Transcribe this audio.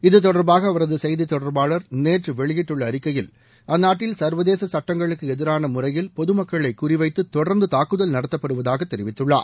இது தொடர்பாக அவரது செய்தி தொடர்பாளர் நேற்று வெளியிட்டுள்ள அறிக்கையில் அந்நாட்டில் சா்வதேச சட்டங்களுக்கு எதிரான முறையில் பொதுமக்களை குறிவைத்து தொடா்ந்து தாக்குதல் நடத்தப்படுவதாக தெரிவித்துள்ளார்